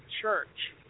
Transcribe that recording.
church